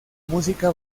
música